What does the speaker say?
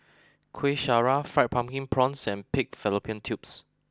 Kuih Syara Fried Pumpkin Prawns and pig fallopian tubes